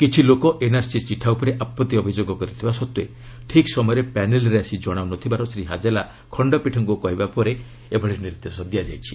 କିଛି ଲୋକ ଏନ୍ଆର୍ସି ଚିଠା ଉପରେ ଆପଭି ଅଭିଯୋଗ କରିଥିବା ସତ୍ତ୍ୱେ ଠିକ୍ ସମୟରେ ପ୍ୟାନେଲ୍ରେ ଆସି ଜଣାଉ ନ ଥିବାର ଶ୍ରୀ ହାଜେଲା ଖଣ୍ଡପୀଠଙ୍କୁ କହିବା ପରେ ଏହି ନିର୍ଦ୍ଦେଶ ଦିଆଯାଇଛି